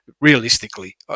realistically